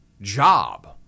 job